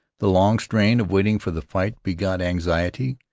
the long strain of waiting for the fight begot anxiety,